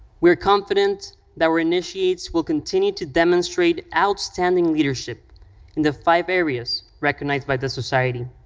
we are confident that our initiates will continue to demonstrate outstanding leadership in the five areas recognized by the society,